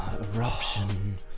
eruption